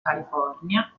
california